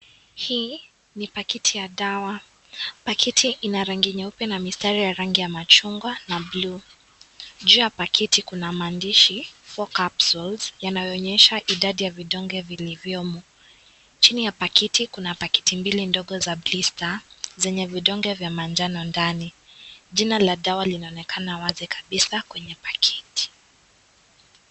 Hii ni pakiti ya dawa . Pakiti ina rangi nyeupe na mistari ya rangi ya machungwa na blue . Juu ya pakiti kuna maandishi four capsules yanayoonyesha idadi ya vidonge vilivyomo . Chini ya pakiti kuna pakiti mbili ndogo za blister zenye vidonge vya manjano ndani jina la dawa linaonekana wazi kabisa kwenye pakiti.